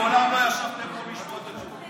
מעולם לא ישבתם פה לשמוע את התשובות.